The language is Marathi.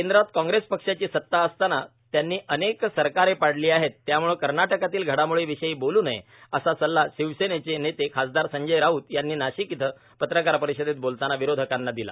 केंद्रात काँग्रेस पक्षाची सता असताना त्यांनी अनेक सरकारे पडली आहेत त्यामुळे कर्नाटकातील घडामोडी विषयी बोलू नये असा सल्ला शिवसेनेचे नेते खासदार संजय राऊत यांनी नाशिक येथे पत्रकार परिषदेत बोलताना विरोधकांना दिला